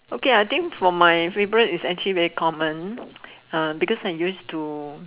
okay I think from my favorite is actually very common uh because I use to